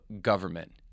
government